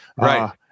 right